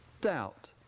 doubt